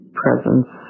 presence